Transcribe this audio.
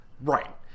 right